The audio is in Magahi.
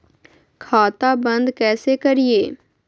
खाता बंद कैसे करिए?